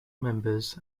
members